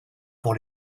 pour